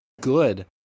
good